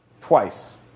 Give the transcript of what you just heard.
Twice